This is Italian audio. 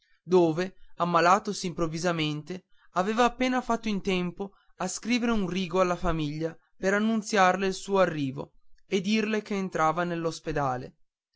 dove ammalatosi improvvisamente aveva appena fatto in tempo a scrivere un rigo alla famiglia per annunziarle il suo arrivo e dirle che entrava